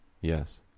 Yes